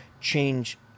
change